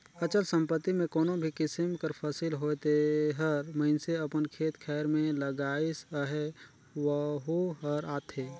अचल संपत्ति में कोनो भी किसिम कर फसिल होए जेहर मइनसे अपन खेत खाएर में लगाइस अहे वहूँ हर आथे